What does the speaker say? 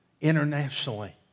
internationally